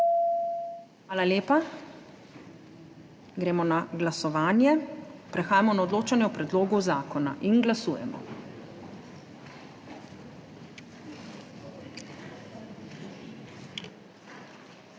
Hvala lepa. Gremo na glasovanje. Prehajamo na odločanje o predlogu zakona. Glasujemo. Navzočih